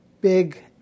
big